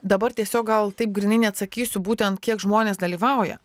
dabar tiesiog gal taip grynai neatsakysiu būtent kiek žmonės dalyvauja